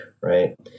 right